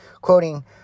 Quoting